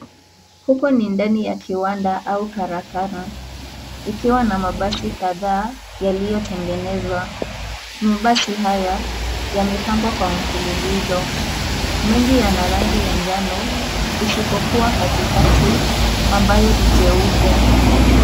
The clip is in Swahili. Huku ni ndani ya kiwanda au karakana ikiwa na mabasi kadhaa yaliyotengenezwa mabasi haya yamepangwa kwa mfululizo mengi yana rangi ya njano isipokuwa katikati ambayo ni jeupe.